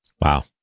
Wow